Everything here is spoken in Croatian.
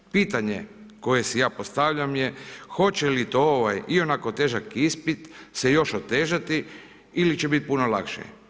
Pitanje koje si ja postavljam je, hoće li to ovaj, ionako težak ispit se još otežati ili će biti puno lakše?